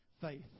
Faith